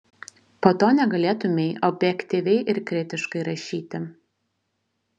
po to negalėtumei objektyviai ir kritiškai rašyti